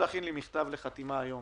להכין מכתב לחתימה היום